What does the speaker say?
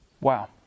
Wow